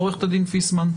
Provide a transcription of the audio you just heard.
עורכת הדין פיסמן?